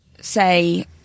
Say